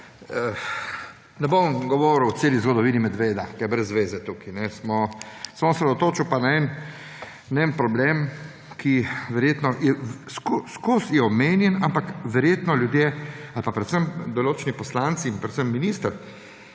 ne bom govoril o celi zgodovini medveda, ker je brez zveze tukaj. Se bom osredotočil pa na en problem, ki je ves čas omenjen, ampak verjetno ljudje ali pa predvsem določeni poslanci, predvsem minister,